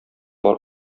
бар